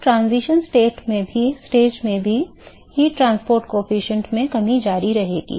तो transition stage में भी ऊष्मा परिवहन गुणांक में कमी जारी रहेगी